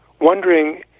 wondering